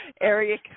Area